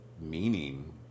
meaning